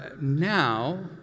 now